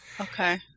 Okay